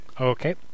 Okay